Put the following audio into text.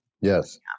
yes